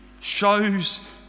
shows